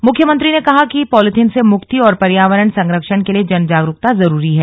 मुख्यमंत्री ने कहा कि पॉलीथीन से मुक्ति और पर्यावरण संरक्षण के लिए जन जागरूकता जरूरी है